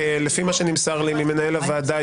לפי מה שנמסר לי ממנהל הוועדה,